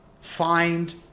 find